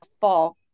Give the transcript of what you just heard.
fall